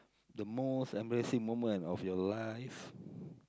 the most embarrassing moment of your life